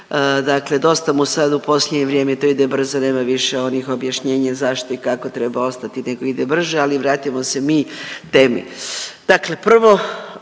Dakle, dosta mu sad u posljednje vrijeme to ide brzo, nema više onih objašnjenja zašto i kako treba ostati, nek ide brže, ali vratimo se mi temi. Dakle, prvo